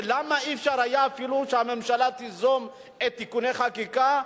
למה לא היה אפשר אפילו שהממשלה תיזום את תיקוני החקיקה.